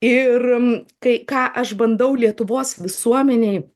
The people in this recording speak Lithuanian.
ir kai ką aš bandau lietuvos visuomenei